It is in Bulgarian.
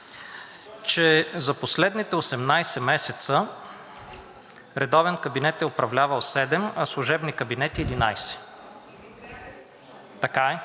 че за последните 18 месеца редовен кабинет е управлявал седем, а служебният кабинет 11. (Шум и